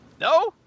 No